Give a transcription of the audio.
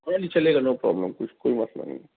ہاں جی چلے گا نو پرابلم کچھ کوئی مسئلہ نہیں ہے